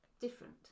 different